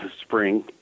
spring